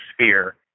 sphere